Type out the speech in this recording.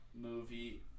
movie